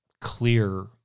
clear